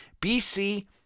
BC